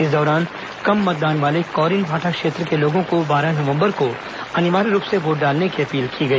इस दौरान कम मतदान वाले कौरीनभाटा क्षेत्र के लोगों को बारह नवंबर को अनिवार्य रूप से वोट डालने की अपील की गई